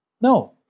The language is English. No